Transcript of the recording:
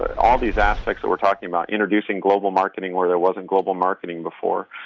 all these aspects that we're talking about. introducing global marketing where there wasn't global marketing before.